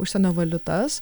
užsienio valiutas